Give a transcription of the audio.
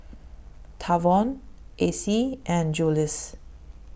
Tavon Acie and Jules